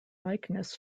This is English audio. likeness